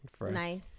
nice